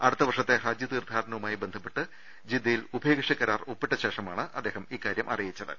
അടുത്ത വർഷത്തെ ഹജ്ജ് തീർത്ഥാടനവുമായി ബന്ധപ്പെട്ട് ജിദ്ദയിൽ ഉഭയ കക്ഷി കരാർ ഒപ്പിട്ടശേഷമാണ് അദ്ദേഹം ഇക്കാര്യം അറി യിച്ചത്